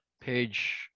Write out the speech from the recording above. page